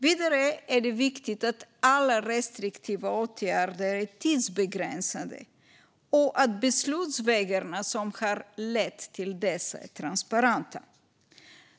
Vidare är det viktigt att alla restriktiva åtgärder är tidsbegränsade och att beslutsvägarna som har lett till dessa är transparenta.